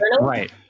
right